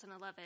2011